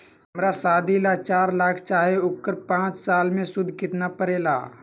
हमरा शादी ला चार लाख चाहि उकर पाँच साल मे सूद कितना परेला?